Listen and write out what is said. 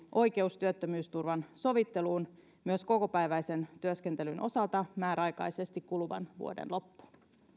oikeuden työttömyysturvan sovitteluun myös kokopäiväisen työskentelyn osalta määräaikaisesti kuluvan vuoden loppuun